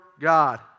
God